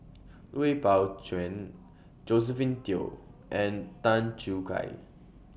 Wei Pao Chuen Josephine Teo and Tan Choo Kai